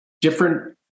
different